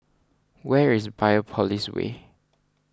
where is Biopolis Way